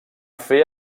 fer